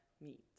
meet